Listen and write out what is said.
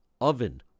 oven